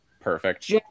perfect